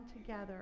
together